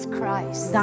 Christ